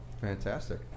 Fantastic